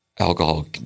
Alcohol